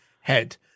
head